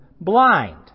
blind